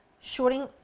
shorting.